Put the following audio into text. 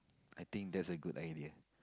I think that's a good idea